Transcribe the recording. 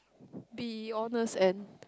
be honest and